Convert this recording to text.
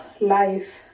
life